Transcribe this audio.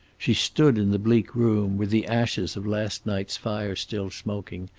she stood in the bleak room, with the ashes of last night's fire still smoking,